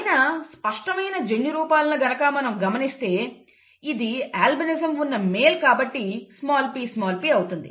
అయినా స్పష్టమైన జన్యు రూపాలను గనుక మనం గమనిస్తే ఇది అల్బినిజం ఉన్న మేల్ కాబట్టి pp అవుతుంది